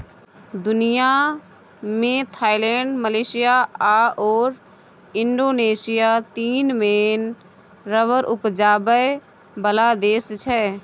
दुनियाँ मे Thailand, Malaysia आओर इंडोनेशिया तीन मेन रबर उपजाबै बला देश छै